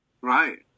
Right